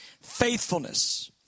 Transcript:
faithfulness